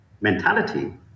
mentality